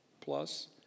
plus